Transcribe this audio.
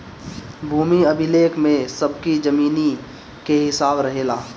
भूमि अभिलेख में सबकी जमीनी के हिसाब रहेला